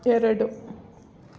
ಎರಡು